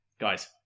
guys